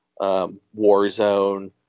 Warzone